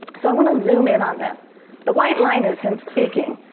so i want to zoom in on this the white line is him speaking,